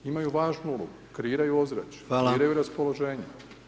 Imaju važnu ulogu, kreiraju ozračje, kreiraju raspoloženje.